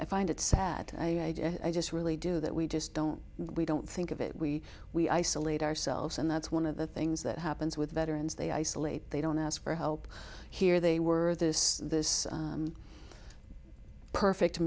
i find it sad i just really do that we just don't we don't think of it we we isolate ourselves and that's one of the things that happens with veterans they isolate they don't ask for help here they were this this perfect